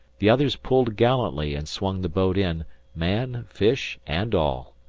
the others pulled gallantly and swung the boat in man, fish, and all.